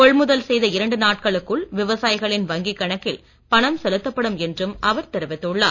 கொள்முதல் செய்த இரண்டு நாட்களுக்குள் விவசாயிகளின் வங்கிக் கணக்கில் பணம் செலுத்தப்படும் என்றும் அவர் தெரிவித்துள்ளார்